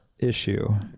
issue